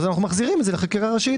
אנחנו מחזירים את זה לחקיקה ראשית.